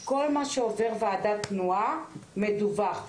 כל מה שעובר ועדת תנועה מדווח.